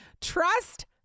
Trust